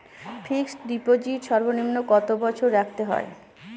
Fixed deposit সর্বনিম্ন কত বছর রাখতে হয়?